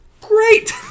great